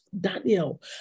Daniel